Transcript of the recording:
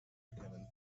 erkennen